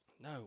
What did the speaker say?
No